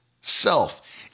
self